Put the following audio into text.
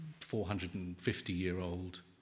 450-year-old